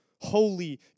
holy